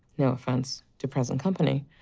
no offense to present company,